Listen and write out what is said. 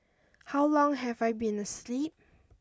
how long have I been asleep